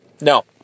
No